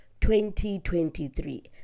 2023